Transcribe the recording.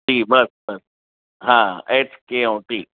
जी बसि बसि हा एच के ऐं टी